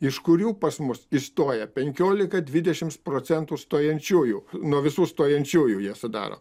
iš kurių pas mus įstoja penkiolika dvidešimt procentų stojančiųjų nuo visų stojančiųjų jie sudaro